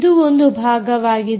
ಇದು ಒಂದು ಭಾಗವಾಗಿದೆ